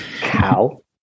cow